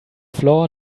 floor